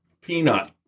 peanut